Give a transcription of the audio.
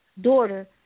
daughter